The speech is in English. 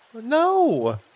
No